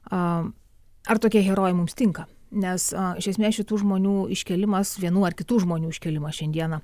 a ar tokie herojai mums tinka nes iš esmės šitų žmonių iškėlimas vienų ar kitų žmonių iškėlimas šiandieną